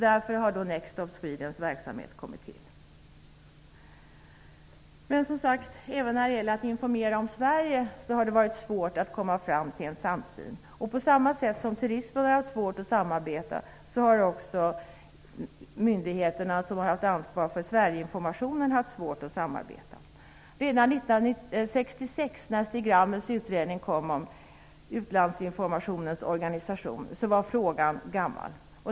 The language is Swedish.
Därför har Next Stop Swedens verksamhet kommit till. Även när det gäller att informera om Sverige har det, som sagt, varit svårt att komma fram till en samsyn. På samma sätt som man inom turismen har haft svårt att samarbeta har också de myndigheter som haft att ansvara för Sverigeinformationen haft samarbetssvårigheter. Redan 1966, när Stig Ramels utredning om utlandsinformationens organisation framlades, var frågan gammal.